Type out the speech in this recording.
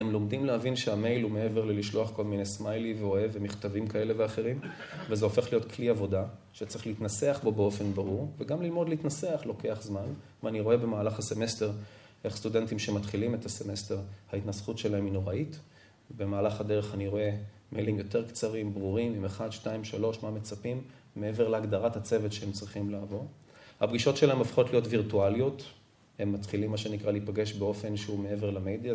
הם לומדים להבין שהמייל הוא מעבר ללשלוח כל מיני סמיילי ואוהב ומכתבים כאלה ואחרים וזה הופך להיות כלי עבודה שצריך להתנסח בו באופן ברור וגם ללמוד להתנסח לוקח זמן. מה אני רואה במהלך הסמסטר, איך סטודנטים שמתחילים את הסמסטר, ההתנסחות שלהם היא נוראית. במהלך הדרך אני רואה מיילים יותר קצרים, ברורים, עם אחד, שתיים, שלוש, מה מצפים, מעבר להגדרת הצוות שהם צריכים לעבור. הפגישות שלהם הופכות להיות וירטואליות, הם מתחילים מה שנקרא להיפגש באופן שהוא מעבר למדיה.